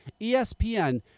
ESPN